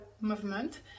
movement